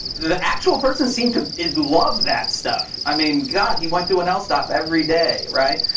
the actual person seemed to love that stuff. i mean, god, he went to an el stop every day, right?